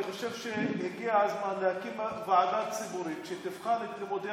אני חושב שהגיע הזמן להקים ועדה ציבורית שתבחן את לימודי